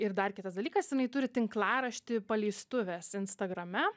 ir dar kitas dalykas jinai turi tinklaraštį paleistuvės instagrame